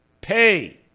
pay